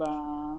ילדים.